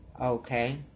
Okay